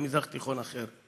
יכול להיות שהיה מזרח תיכון אחר.